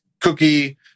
Cookie